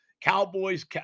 Cowboys